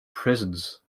prisons